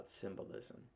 symbolism